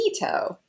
keto